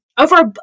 Over